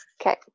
Okay